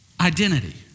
identity